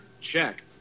check